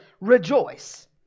rejoice